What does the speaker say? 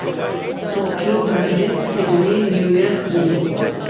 Tokyo Berlin Sydney New York Rio